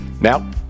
Now